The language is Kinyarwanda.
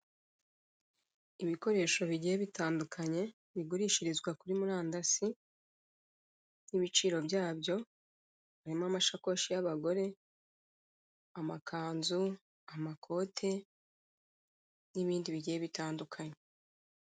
Ibikoresho bigiye bitandukanye bigurishirizwa kuri murandasi n'ibiciro bybyo harimo amashakoshi y'anagore, amakanzu, amakote n'ibindi bigiye bitandukanye.